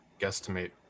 guesstimate